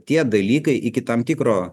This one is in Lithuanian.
tie dalykai iki tam tikro